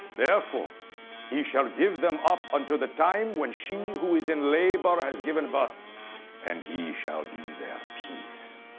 therefore he shall give them up until the time when she who is in labor has given birth and he shall be their peace.